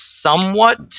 somewhat